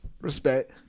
Respect